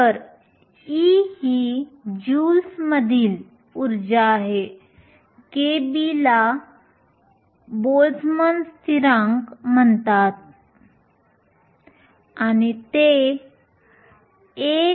तर E ही ज्यूल्समधील ऊर्जा आहे kB ला बोल्ट्झमन स्थिरांक म्हणतात आणि ते 1